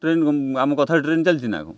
train କ'ଣ ଆମ କଥାରେ ଟ୍ରେନ ଚାଲିଛି ନା କ'ଣ